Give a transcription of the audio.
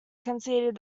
conceded